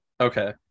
Okay